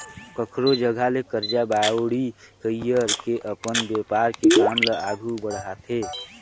कखरो जघा ले करजा बाड़ही कइर के अपन बेपार के काम ल आघु बड़हाथे